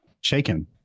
shaken